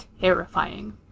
terrifying